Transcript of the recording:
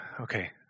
okay